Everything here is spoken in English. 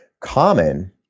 common